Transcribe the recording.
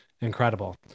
incredible